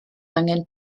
angen